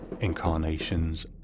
incarnations